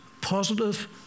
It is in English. positive